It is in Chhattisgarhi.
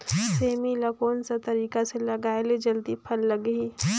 सेमी ला कोन सा तरीका से लगाय ले जल्दी फल लगही?